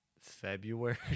february